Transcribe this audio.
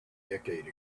decade